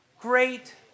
great